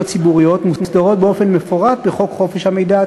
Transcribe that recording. ציבוריות מוסדרות באופן מפורט בחוק חופש המידע,